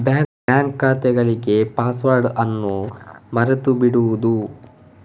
bank ಖಾತೆಗಳಿಗೆ password ಅನ್ನು ಮರೆತು ಬಿಡುವುದು